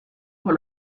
pour